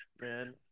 Man